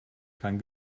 kann